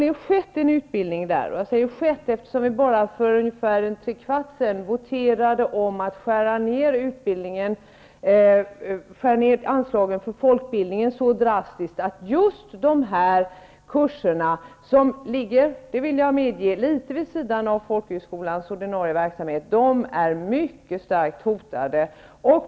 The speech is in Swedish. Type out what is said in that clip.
Jag säger att en sådan utbildning tidigare har skett, eftersom vi för ungefär tre kvart sedan voterade om en så drastisk nedskärning av anslagen till folkbildningen att just de här kurserna -- som, det vill jag medge, ligger litet vid sidan av folkhögskolornas ordinarie verksamhet -- är mycket stark hotade.